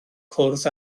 cwrdd